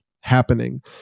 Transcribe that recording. happening